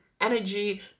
energy